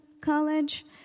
College